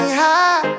high